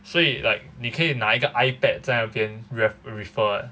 所以 like 你可以拿一个 ipad 在那边 re~ refer eh